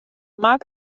mag